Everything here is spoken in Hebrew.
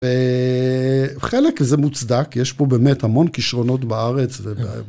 וחלק זה מוצדק, יש פה באמת המון כישרונות בארץ.